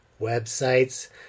websites